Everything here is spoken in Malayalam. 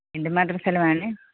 എന്തും മാത്രം സ്ഥലമാണ്